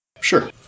Sure